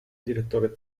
direttore